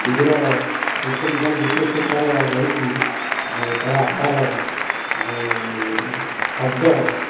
ଟିଭିର ସିଷ୍ଟମିକାଲି ଯେତେସବୁ ତାର ରହିଛି ଆଉ ତାର ଆକାର ଆଉ ଶବ୍ଦ